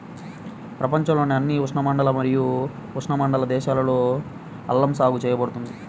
ప్రపంచంలోని అన్ని ఉష్ణమండల మరియు ఉపఉష్ణమండల దేశాలలో అల్లం సాగు చేయబడుతుంది